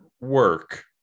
work